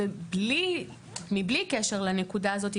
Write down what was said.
בלי קשר לנקודה הזאת,